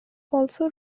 also